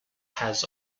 has